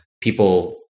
people